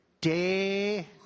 day